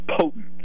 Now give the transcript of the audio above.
potent